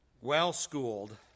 well-schooled